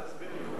תסביר.